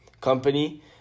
company